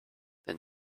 than